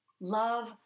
Love